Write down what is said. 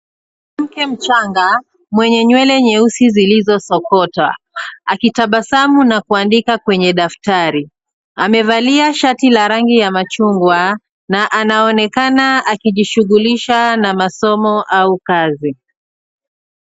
Mke mchanga mwenye nywele nyeusi zilizosokota. Akitabasamu na kuandika kwenye daftari. Amevalia shati la rangi ya machungwa na anaonekana akijishughulisha na masomo au kazi.